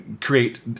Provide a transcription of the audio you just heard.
create